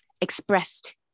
expressed